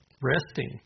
resting